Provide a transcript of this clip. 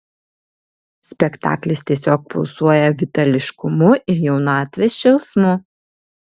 spektaklis tiesiog pulsuoja vitališkumu ir jaunatvės šėlsmu